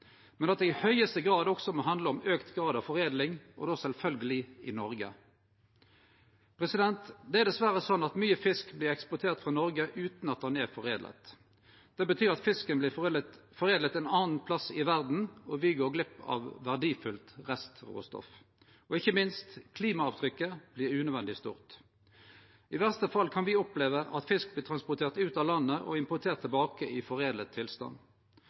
det må i høgaste grad også handle om større grad av foredling, og då sjølvsagt i Noreg. Det er dessverre slik at mykje fisk vert eksportert frå Noreg utan at han er foredla. Det betyr at fisken vert foredla ein annan plass i verda, og me går glipp av verdifullt restråstoff. Ikkje minst vert klimaavtrykket unødvendig stort. I verste fall kan me oppleve at fisk vert transportert ut av landet og importert tilbake i foredla tilstand.